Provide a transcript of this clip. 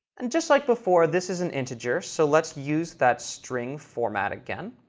and just like before, this is an integer, so let's use that string format again.